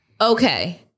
okay